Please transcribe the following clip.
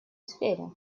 сфере